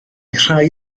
rhai